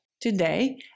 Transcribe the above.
Today